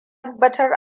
tabbatar